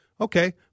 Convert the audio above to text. Okay